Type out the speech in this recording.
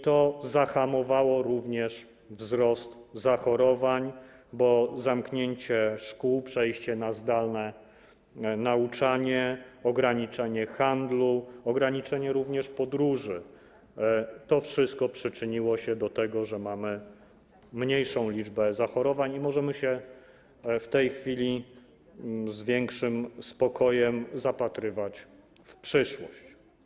To zahamowało również wzrost zachorowań, bo zamknięcie szkół, przejście na zdalne nauczanie, ograniczenie handlu, ograniczenie również podróży - to wszystko przyczyniło się do tego, że mamy mniejszą liczbę zachorowań i możemy się w tej chwili z większym spokojem zapatrywać na przyszłość.